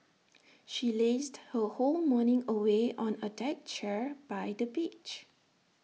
she lazed her whole morning away on A deck chair by the beach